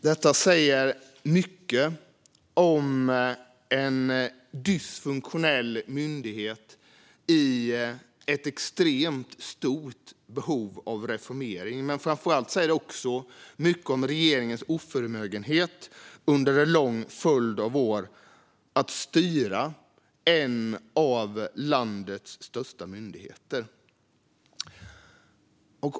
Detta säger mycket om en dysfunktionell myndighet i extremt stort behov av reformering, men framför allt säger det mycket om regeringens oförmögenhet, under en lång följd av år, att styra en av landets största myndigheter.